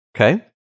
Okay